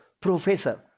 Professor